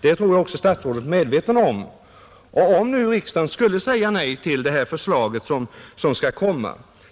Det tror jag att även statsrådet är medveten om. Om nu riksdagen skulle säga nej till det förslag